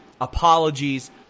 apologies